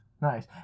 nice